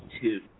two